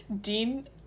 Dean